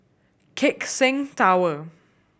Keck Seng Tower